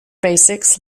basics